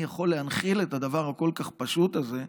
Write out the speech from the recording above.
יכול להנחיל את הדבר הכל-כך פשוט הזה,